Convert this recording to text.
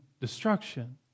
destruction